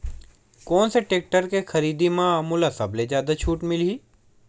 कोन से टेक्टर के खरीदी म मोला सबले जादा छुट मिलही?